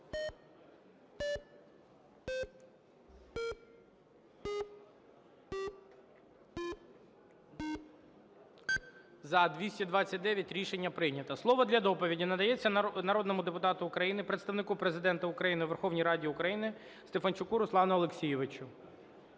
За-229 Рішення прийнято. Слово для доповіді надається народному депутату України, Представнику Президента України у Верховній Раді України Стефанчуку Руслану Олексійовичу.